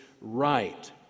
right